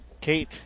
Kate